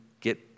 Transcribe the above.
get